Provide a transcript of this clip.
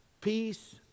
peace